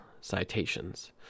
citations